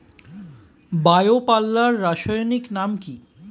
Bio পাল্লার রাসায়নিক নাম কি?